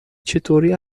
چطوری